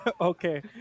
okay